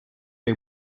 des